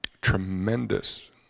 tremendous